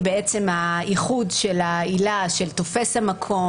הייחוד של העילה של תופש המקום,